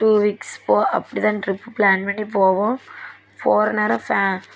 two weeks போல அப்படி தான் ட்ரிப்பு பிளான் பண்ணி போவோம் போகிற நேரம்